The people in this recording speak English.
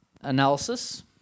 analysis